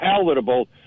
palatable